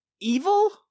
Evil